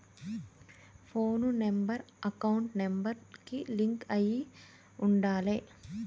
పోను number account number కి link అయ్యి ఉండాలే